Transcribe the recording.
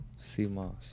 CMOS